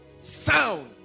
Sound